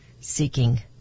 seeking